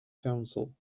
council